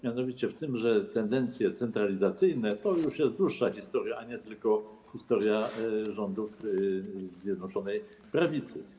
Mianowicie w tym, że tendencje centralizacyjne to jest już dłuższa historia, a nie tylko historia rządów Zjednoczonej Prawicy.